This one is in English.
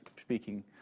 speaking